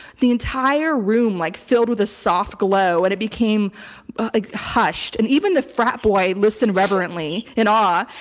the entire room like filled with a soft glow and it became ah hushed and even the frat boy listened reverently in awe.